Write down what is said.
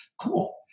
cool